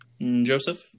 Joseph